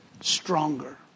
stronger